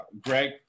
Greg